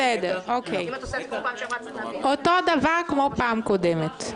בסדר, אותו דבר כמו פעם קודמת.